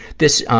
this, ah,